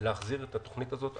ולהחזיר את התוכנית הזאת למסלול.